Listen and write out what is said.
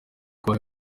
kuba